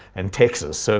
and texas. so